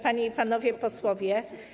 Panie i Panowie Posłowie!